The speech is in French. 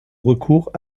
recours